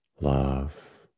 love